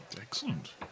Excellent